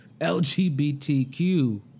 LGBTQ